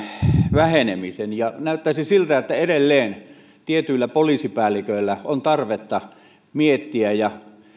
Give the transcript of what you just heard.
vähenemisen näyttäisi siltä että edelleen tietyillä poliisipäälliköillä on tarvetta miettiä ja